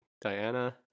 diana